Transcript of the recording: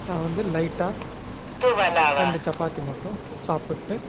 நான் வந்து லைட்டாக ரெண்டு சப்பாத்தி மட்டும் சாப்பிட்டு